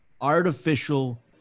artificial